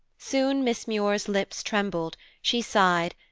soon miss muir's lips trembled, she sighed,